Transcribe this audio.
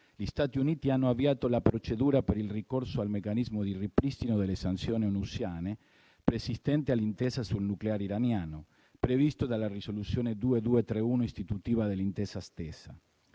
gli Stati Uniti hanno avviato la procedura per il ricorso al meccanismo di ripristino delle sanzioni onusiane preesistente all'Intesa sul nucleare iraniano, previsto dalla risoluzione 2231, istitutiva dell'Intesa stessa.